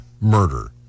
murder